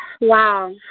Wow